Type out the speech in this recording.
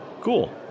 Cool